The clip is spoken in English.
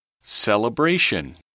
celebration